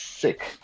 Sick